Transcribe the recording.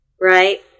right